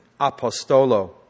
apostolo